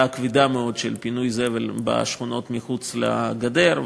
הכבדה מאוד של פינוי זבל בשכונות שמחוץ לגדר.